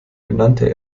benannte